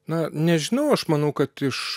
na nežinau aš manau kad iš